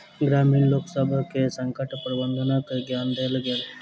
ग्रामीण लोकसभ के संकट प्रबंधनक ज्ञान देल गेल